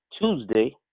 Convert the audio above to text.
Tuesday